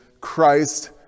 Christ